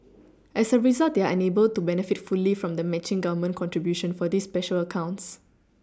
as a result they are unable to benefit fully from the matching Government contribution for these special accounts